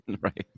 right